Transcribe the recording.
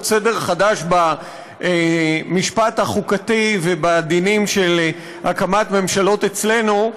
סדר חדש במשפט החוקתי ובדינים של הקמת ממשלות אצלנו,